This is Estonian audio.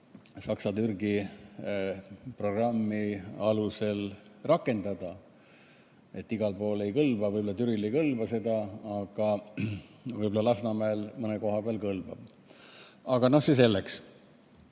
saksa-türgi programmi alusel rakendada. Igal pool ei kõlba, võib-olla Türil ei kõlba, aga võib-olla Lasnamäel mõne koha peal kõlbab. Aga see selleks.